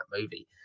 movie